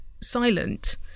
silent